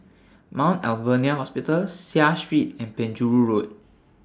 Mount Alvernia Hospital Seah Street and Penjuru Road